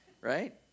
right